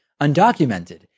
undocumented